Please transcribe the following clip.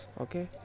okay